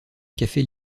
café